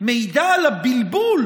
מעידה על הבלבול